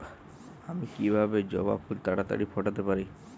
আমি কিভাবে জবা ফুল তাড়াতাড়ি ফোটাতে পারি?